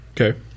Okay